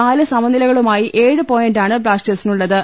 നാല് സമനിലകളുമായി ഏഴ് പോയന്റാണ് ബ്ലാസ്റ്റേ ഴ്സിനുള്ളത്